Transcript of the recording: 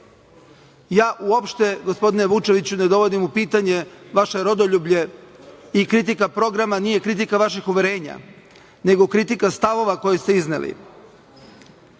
gospodine Vučeviću ne dovodim u pitanje vaše rodoljublje i kritika programa nije kritika vašeg uverenja nego kritika stavova koje ste izneli.